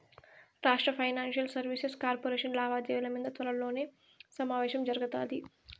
రాష్ట్ర financial services corporation లావాదేవిల మింద త్వరలో సమావేశం జరగతాది